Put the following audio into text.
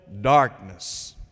darkness